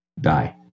die